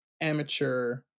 amateur